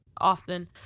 often